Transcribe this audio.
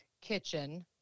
Kitchen